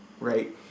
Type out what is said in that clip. right